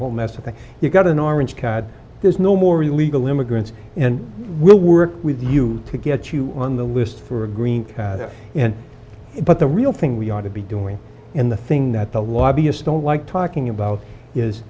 whole mess of things you've got an orange cat there's no more illegal immigrants and we'll work with you to get you on the list for a green but the real thing we ought to be doing in the thing that the lobbyist don't like talking about is